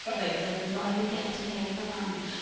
like, this is all you get today for lunch.